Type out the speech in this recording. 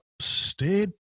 stayed